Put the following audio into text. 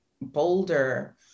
bolder